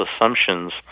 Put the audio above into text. assumptions